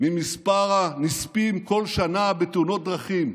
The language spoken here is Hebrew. ממספר הנספים כל שנה בתאונות דרכים.